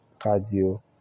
cardio